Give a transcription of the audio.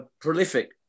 prolific